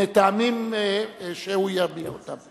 מטעמים שהוא יביע אותם.